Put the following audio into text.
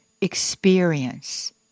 experience